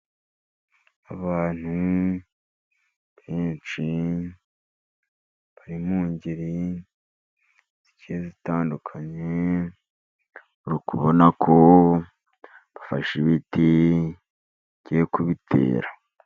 Abantu benshi bari mu ngeri zigiye zitandukanye uri kubona ko bafashe ibiti bagiye kubitera.